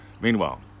meanwhile